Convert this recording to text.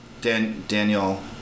Daniel